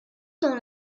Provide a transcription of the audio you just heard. dans